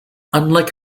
unlike